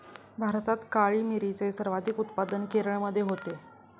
भारतात काळी मिरीचे सर्वाधिक उत्पादन केरळमध्ये होते